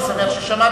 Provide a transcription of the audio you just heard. אני שמח ששמעת,